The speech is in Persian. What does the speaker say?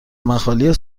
مخالی